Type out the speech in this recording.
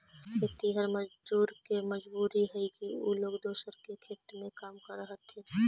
खेतिहर मजदूर के मजबूरी हई कि उ लोग दूसर के खेत में मजदूरी करऽ हथिन